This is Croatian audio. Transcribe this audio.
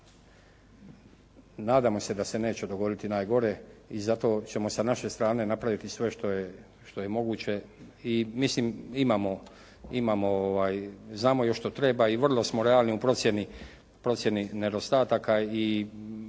nadamo se da se neće dogoditi najgore i zato ćemo sa naše strane napraviti sve što je moguće i mislim imamo, znamo što treba i vrlo smo realni u procjeni nedostataka